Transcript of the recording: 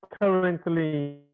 currently